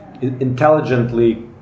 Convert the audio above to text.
intelligently